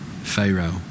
Pharaoh